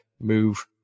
move